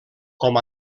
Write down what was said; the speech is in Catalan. com